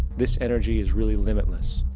this energy is really limitless.